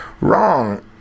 wrong